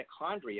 mitochondria